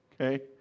okay